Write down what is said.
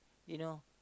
you know